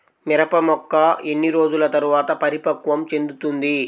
మిరప మొక్క ఎన్ని రోజుల తర్వాత పరిపక్వం చెందుతుంది?